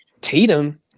tatum